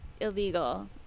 illegal